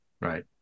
right